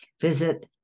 Visit